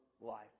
life